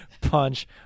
punch